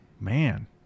Man